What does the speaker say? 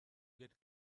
get